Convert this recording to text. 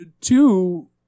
two